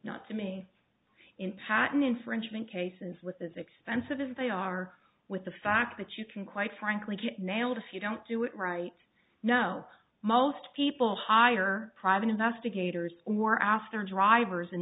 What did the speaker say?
not to me in patent infringement cases with as expensive as they are with the fact that you can quite frankly get nailed if you don't do it right now most people hire private investigators or after drivers in